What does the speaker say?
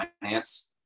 finance